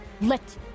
Let